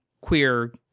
queer